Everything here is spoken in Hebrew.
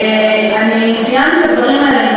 אני ציינתי את הדברים האלה,